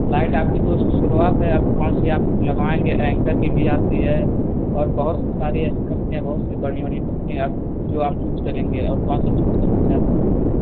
light आपकी दो सौ से शुरूआत है अब कौन सी आप लगवाऍंगे ऐंकर की भी आती है और बहुत सी सारी ऐसी कंपनियाँ हैं बहुत सी बढ़िया बढ़िया कम्पनी अब जो आप चूज करेंगे और कौन सा चूज़ करना चाह रहें वाला